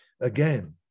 again